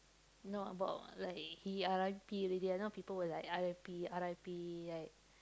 no about like he R_I_P already you know people will like R_I_P R_I_P right